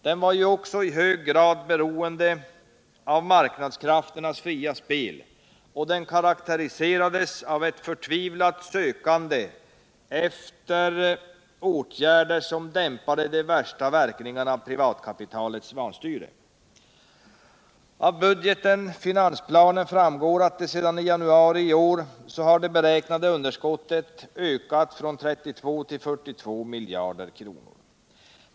Den var också i hög grad beroende av marknadskrafternas fria spel och karakteriserades av ett förtvivlat sökande efter åtgärder, som dämpade de värsta verkningarna av privatkapitalets vanstyre. Av budgeten och finansplanen framgår att sedan i januari i år har det beräknade underskottet ökat från 32 miljarder till 42 miljarder.